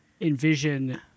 envision